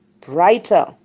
brighter